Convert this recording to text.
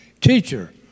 Teacher